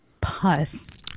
pus